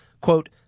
quote